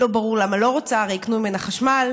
לא ברור למה היא לא רוצה, הרי יקנו ממנה חשמל,